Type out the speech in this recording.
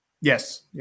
Yes